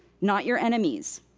not your enemies.